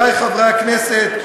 חברי חברי הכנסת,